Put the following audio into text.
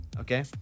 Okay